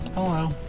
hello